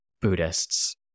buddhists